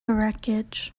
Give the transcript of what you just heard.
wreckage